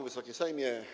Wysoki Sejmie!